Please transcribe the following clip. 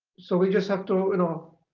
so we just have to, and um